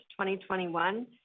2021